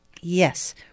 Yes